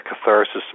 catharsis